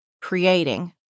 creating